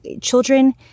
children